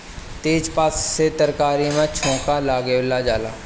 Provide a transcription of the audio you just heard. तेजपात से तरकारी में छौंका लगावल जाला